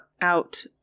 out